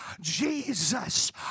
Jesus